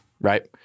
right